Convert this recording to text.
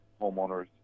homeowners